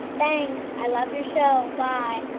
thanks. i love your show, bye